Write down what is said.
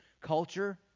culture